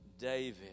David